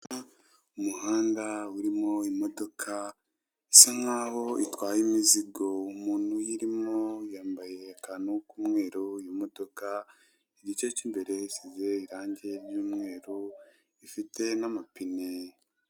Umuhanda urimo imodoka isa nkaho itwaye imizigo, umuntu uyirimo yambaye akantu k'umweru imodoka, igice kimbere gisize irangi ry'umweru gifite n'amapine.